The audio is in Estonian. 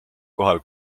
kohal